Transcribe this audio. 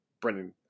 Brendan